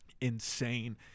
insane